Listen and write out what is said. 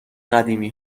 قدیمی